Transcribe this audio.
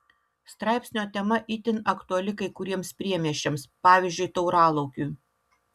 straipsnio tema itin aktuali kai kuriems priemiesčiams pavyzdžiui tauralaukiui